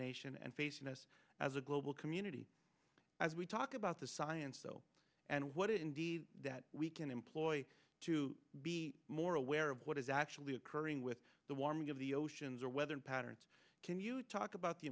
nation and facing us as a global community as we talk about the science and what indeed that we can employ to be more aware of what is actually occurring with the warming of the oceans or weather patterns can you talk about the